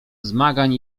zmagań